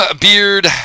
Beard